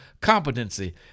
competency